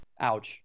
Ouch